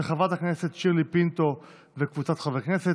של חברת הכנסת שירלי פינטו וקבוצת חברי הכנסת.